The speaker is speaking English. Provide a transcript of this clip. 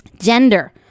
Gender